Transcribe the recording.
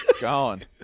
Gone